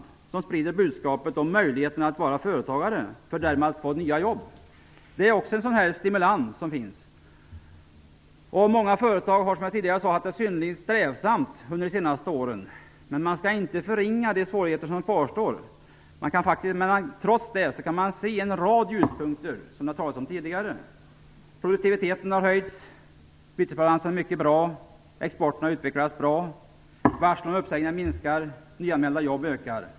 Dessa människor sprider budskapet om möjligheterna att vara företagare, för att därmed skapa nya jobb. Det är ett exempel på en stimulans som finns. Som jag sade tidigare har många företag haft det synnerligen strävsamt under de senaste åren. Man skall inte förringa de svårigheter som kvarstår, men trots dem kan man se en rad ljuspunkter. Det har talats om dem tidigare. Produktiviten har höjts, bytesbalansen är mycket bra, exporten har utvecklats bra, varslen om uppsägningar minskar och nyanmälda jobb ökar.